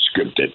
scripted